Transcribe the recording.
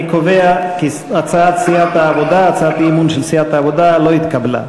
אני קובע כי הצעת האי-אמון של סיעת העבודה לא נתקבלה.